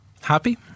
Happy